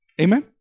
Amen